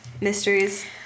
Mysteries